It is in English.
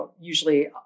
usually